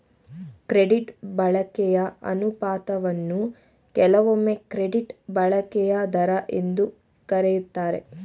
credit ಬಳಕೆಯ ಅನುಪಾತವನ್ನ ಕೆಲವೊಮ್ಮೆ ಕ್ರೆಡಿಟ್ ಬಳಕೆಯ ದರ ಎಂದು ಕರೆಯುತ್ತಾರೆ